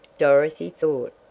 dorothy thought.